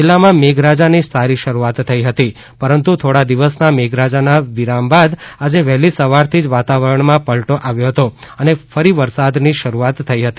જિલ્લામાં મેઘરાજાની સારી શરૂઆત થઇ હતી પરંતુ થોડા દિવસના મેઘરાજાના વિરામ બાદ આજે વહેલી સવારથી જ વાતાવરણમાં પલટો આવ્યો હતો અને ફરી વરસાદની શરૂઆત થઇ હતી